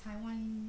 台湾